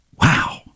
Wow